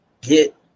get